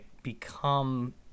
Become